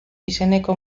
izeneko